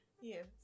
yes